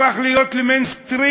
הפך להיות ה"מיינסטרים".